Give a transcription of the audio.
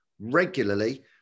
regularly